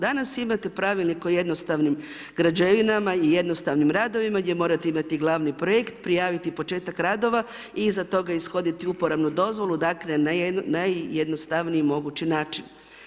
Danas imate pravilnik o jednostavnim građevinama i jednostavnim radovima, gdje morate imati glavni projekt, prijaviti početak radova iza toga ishoditi upravnu dozvolu, dakle, najjednostavniji mogući način.